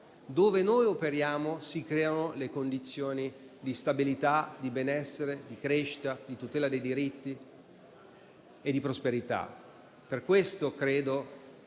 Dove noi operiamo si creano condizioni di stabilità, di benessere, di crescita, di tutela dei diritti e di prosperità. Per questo credo